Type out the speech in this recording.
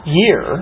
year